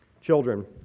Children